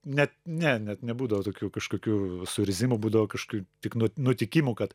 net ne net nebūdavo tokių kažkokių suirzimų būdavo kažkokių tik nut nutikimų kad